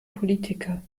politiker